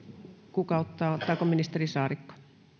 kuka ottaa ottaako ministeri saarikko